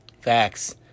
Facts